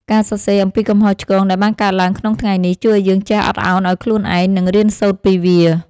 ការសរសេរអំពីកំហុសឆ្គងដែលបានកើតឡើងក្នុងថ្ងៃនេះ ជួយឱ្យយើងចេះអត់ឱនឱ្យខ្លួនឯង និងរៀនសូត្រពីវា។